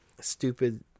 stupid